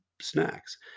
snacks